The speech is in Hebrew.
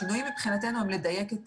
השינוי, מבחינתנו, הוא לדייק את